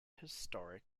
historic